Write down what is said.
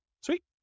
Sweet